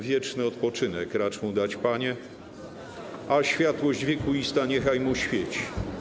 Wieczny odpoczynek racz mu dać, Panie, a światłość wiekuista niechaj mu świeci.